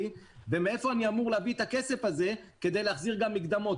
ומאיפה אני אמור להביא את הכסף הזה כדי להחזיר מקדמות?